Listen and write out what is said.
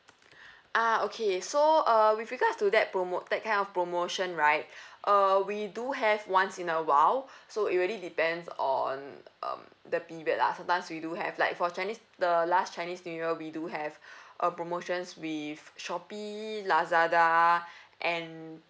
ah okay so uh with regards to that promote that kind of promotion right uh we do have once in a while so it really depends on um the period lah sometimes we do have like for chinese the last chinese new year we do have a promotions with Shopee Lazada